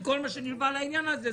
עם כל מה שנלווה לעניין הזה.